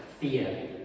fear